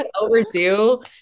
overdue